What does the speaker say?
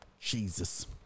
Jesus